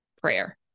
Prayer